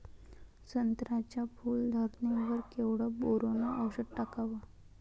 संत्र्याच्या फूल धरणे वर केवढं बोरोंन औषध टाकावं?